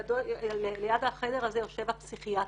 שליד החדר הזה יושב הפסיכיאטר.